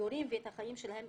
המגורים ואת החיים שלהם,